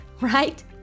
right